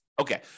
Okay